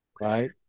Right